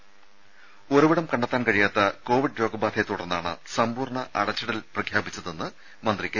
ത ഉറവിടം കണ്ടെത്താൻ കഴിയാത്ത കോവിഡ് രോഗബാധ യെത്തുടർന്നാണ് സമ്പൂർണ്ണ അടച്ചിടൽ പ്രഖ്യാപിച്ചതെന്ന് മന്ത്രി കെ